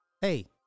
Hey